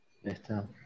está